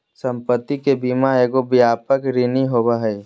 संपत्ति के बीमा एगो व्यापक श्रेणी होबो हइ